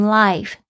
life